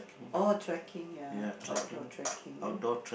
oh trekking ya outdoor trekking ah